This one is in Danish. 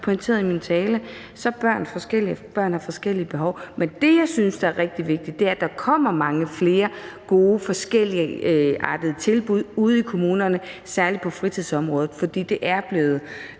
pointerede i min tale, er børn forskellige og har forskellige behov. Men det, jeg synes er rigtig vigtigt, er, at der kommer mange flere gode, forskelligartede tilbud ude i kommunerne, særlig på fritidsområdet, for de er blevet